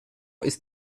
ist